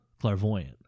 clairvoyant